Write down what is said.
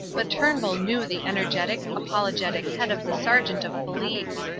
but turnbull knew the energetic, apologetic head of the sergeant of police.